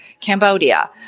Cambodia